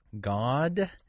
God